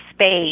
space